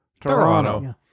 Toronto